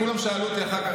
כולם שאלו אותי אחר כך,